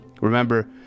Remember